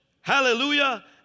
hallelujah